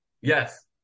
Yes